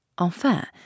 Enfin